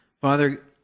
Father